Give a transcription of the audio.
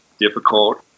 difficult